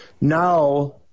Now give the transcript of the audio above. now